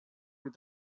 with